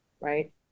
right